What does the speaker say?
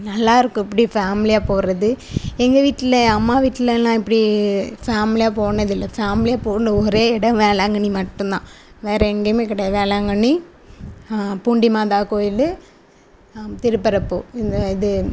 நல்லாயிருக்கும் இப்படி ஃபேமிலியாக போகிறது எங்கள் வீட்டில என் அம்மா வீட்டிலலாம் இப்படி ஃபேமிலியாக போனது இல்லை ஃபேமிலியாக போன ஒரே இடம் வேளாங்கண்ணி மட்டும் தான் வேற எங்கேயுமே கிடையாது வேளாங்கண்ணி பூண்டி மாதா கோயில் திருபரப்பூர் இந்த இது